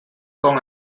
kong